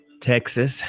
Texas